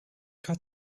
got